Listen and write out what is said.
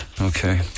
okay